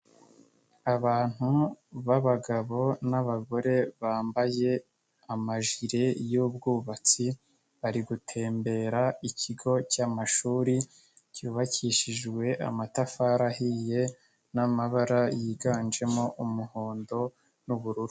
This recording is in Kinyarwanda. Abantu b'abagabo n'abagore bambaye amajire y'ubwubatsi, bari gutembera ikigo cyamashuri cyubakishijwe amatafari ahiye n'amabara yiganjemo umuhondo n'ubururu.